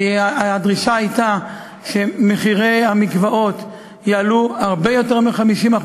כי הדרישה הייתה שתעריפי המקוואות יעלו בהרבה יותר מ-50%.